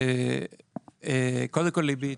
לבי אתכם.